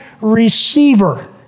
receiver